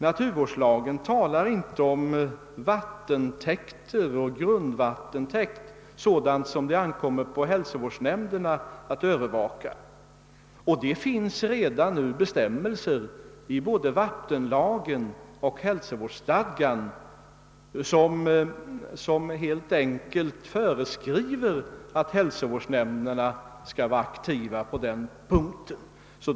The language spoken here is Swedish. Naturvårdslagen talar inte om vattentäkter och grundvattentäkt som det ankommer på hälsovårdsnämnderna att övervaka. Både i vattenlagen och i hälsovårdsstadgan finns redan nu bestämmelser som helt enkelt föreskriver att hälsovårdsnämnderna skall vara aktiva på denna punkt.